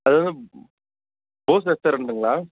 அது வந்து போஸ் ரெஸ்டாரெண்ட்டுங்களா